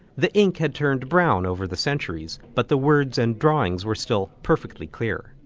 the ink had turned brown over the centuries, but the words and drawings were still perfectly clear.